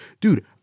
dude